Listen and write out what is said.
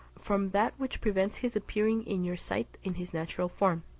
from that which prevents his appearing in your sight in his natural form.